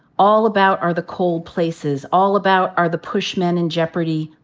all about are the cold places, all about are the pushmen and jeopardy,